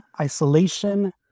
isolation